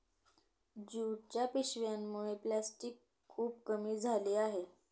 ज्यूटच्या पिशव्यांमुळे प्लॅस्टिक खूप कमी झाले आहे